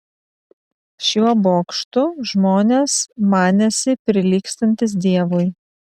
šiuo bokštu žmonės manėsi prilygstantys dievui